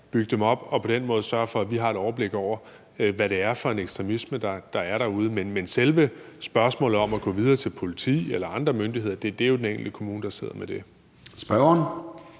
bygge dem op og på den måde sørge for, at vi har et overblik over, hvad det er for en ekstremisme, der er derude. Selve spørgsmålet om at gå videre til politiet eller andre myndigheder er det jo den enkelte kommune der sidder med. Kl.